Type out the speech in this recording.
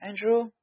Andrew